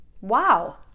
Wow